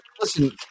listen